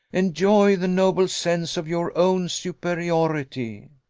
enjoy the noble sense of your own superiority.